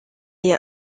est